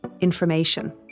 information